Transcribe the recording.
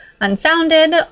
unfounded